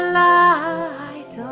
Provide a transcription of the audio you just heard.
light